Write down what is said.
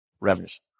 revenues